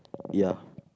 ya